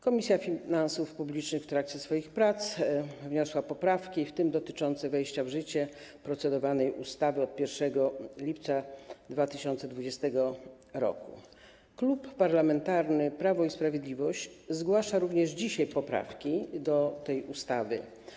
Komisja Finansów Publicznych w trakcie swoich prac wniosła poprawki, w tym dotyczące wejścia w życie procedowanej ustawy 1 lipca 2020 r. Klub Parlamentarny Prawo i Sprawiedliwość również zgłasza dzisiaj poprawki do tej ustawy.